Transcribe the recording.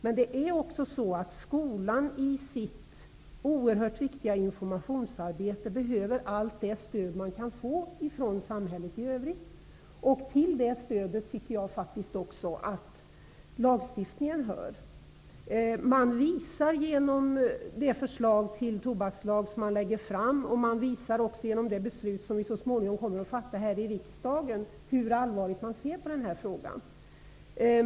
Men skolan behöver i sitt viktiga informationsarbete allt det stöd som går att få från samhället i övrigt. Till det stödet hör faktiskt lagstiftningen. Genom det förslag till tobakslag som nu kommer att läggas fram och genom det beslut som så småningom kommer att fattas här i riksdagen visar man hur allvarligt man ser på den här frågan.